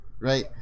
right